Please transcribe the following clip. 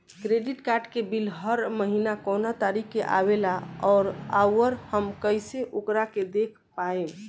Credit card के bill हर महीना कौना तारीक के आवेला और आउर हम कइसे ओकरा के देख पाएम?